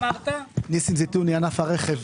ניסים זיתוני, ענף הרכב.